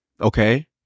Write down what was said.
Okay